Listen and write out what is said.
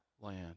land